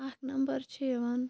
اَکھ نمبر چھِ یِوان